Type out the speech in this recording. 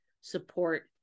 support